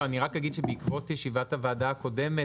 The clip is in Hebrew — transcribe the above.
אני רק אגיד שבעקבות ישיבת הוועדה הקודמת